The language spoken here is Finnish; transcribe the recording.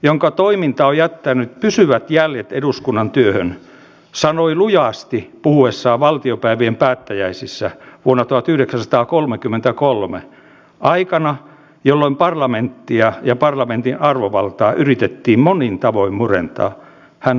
tällä hetkellä olen lukenut todella monia tarinoita jutellut vastaanottokeskuksissa ihmisten kanssa olen myös harrastanut kansainvälistä tutkimuskirjallisuutta aika paljon ja jutellut myös rauhanturvaajien kanssa ja sama viesti toistuu